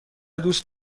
دوست